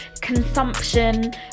consumption